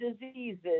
diseases